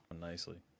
nicely